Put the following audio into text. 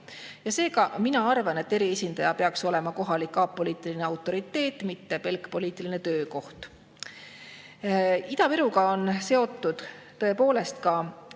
Seega mina arvan, et eriesindaja peaks olema kohalik apoliitiline autoriteet, mitte pelk poliitiline töökoht. Ida-Viruga on seotud tõepoolest ka